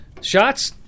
Shots